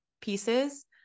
pieces